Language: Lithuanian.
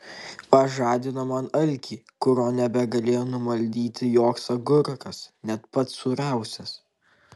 pažadino man alkį kurio nebegalėjo numaldyti joks agurkas net pats sūriausias